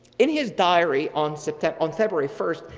in his diary on so on february first,